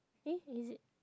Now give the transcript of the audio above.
eh is it